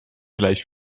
gleich